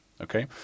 Okay